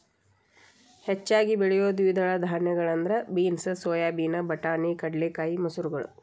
ಹೆಚ್ಚಾಗಿ ಬೆಳಿಯೋ ದ್ವಿದಳ ಧಾನ್ಯಗಳಂದ್ರ ಬೇನ್ಸ್, ಸೋಯಾಬೇನ್, ಬಟಾಣಿ, ಕಡಲೆಕಾಯಿ, ಮಸೂರಗಳು